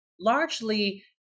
largely